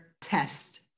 Test